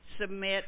submit